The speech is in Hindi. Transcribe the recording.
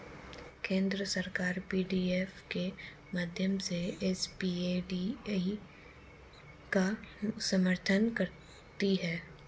केंद्र सरकार पी.डी.एफ के माध्यम से एस.पी.ए.डी.ई का समर्थन करती है